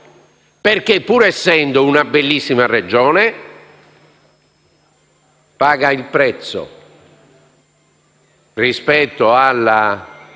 pur essendo una bellissima Regione, paga il prezzo, rispetto alla